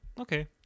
okay